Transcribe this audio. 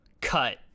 cut